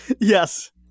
Yes